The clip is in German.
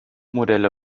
modelle